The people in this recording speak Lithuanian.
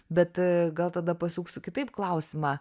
bet gal tada pasuksiu kitaip klausimą